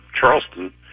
Charleston